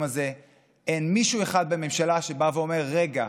הזה אין מישהו אחד בממשלה שבא ואומר: רגע,